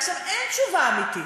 עכשיו, אין תשובה אמיתית.